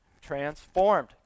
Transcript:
transformed